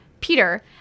Peter